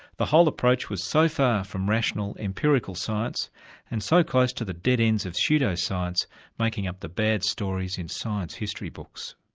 the whole approach was so far from rational empirical science and so close to the dead ends of pseudo-science making up the bad stories in science history books.